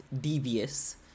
devious